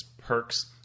Perks